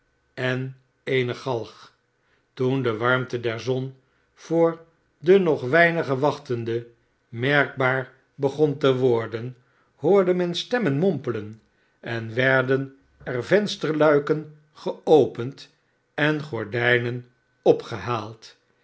en eene galg toen de warmte der zon voor de nog weinige wachtenden merkaar begon te worden hoorde men stemmen mompelen en werden er vensterluiken geopend en gordijnen opgehaald